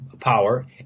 power